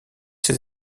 ces